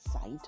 side